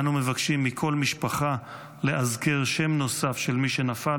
אנו מבקשים מכל משפחה לאזכר שם נוסף של מי שנפל